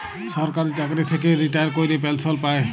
সরকারি চাকরি থ্যাইকে রিটায়ার ক্যইরে পেলসল পায়